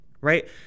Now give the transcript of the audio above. right